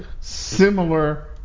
similar